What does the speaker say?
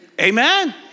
Amen